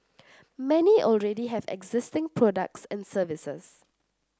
many already have existing products and services